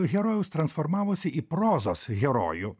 herojus transformavosi į prozos herojų